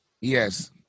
Yes